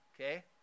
okay